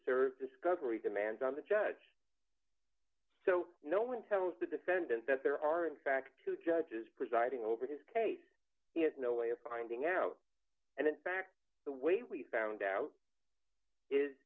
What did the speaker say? serve discovery demands on the judge so no one tells the defendant that there are in fact two judges presiding over this case no way of finding out and in fact the way we found out is